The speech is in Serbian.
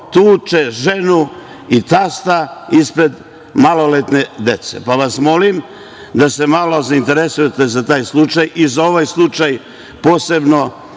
tuče ženu i tasta ispred maloletne dece. Pa vas molim da se malo zainteresujete za taj slučaj i za ovaj slučaj posebno.